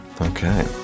Okay